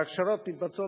ההכשרות מתבצעות.